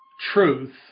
truth